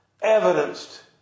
evidenced